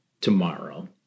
tomorrow